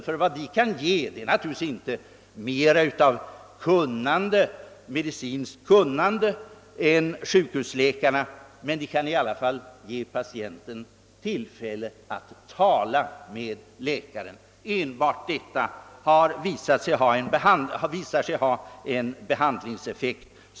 Självfallet har de inte mer att ge än sjukhusläkarna, när det gäller rent medicinskt kunnande, men de kan ge patienten tillfälle att tala med sin läkare, och bara det har visat sig ha en god effekt vid behandlingen.